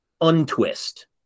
untwist